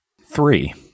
Three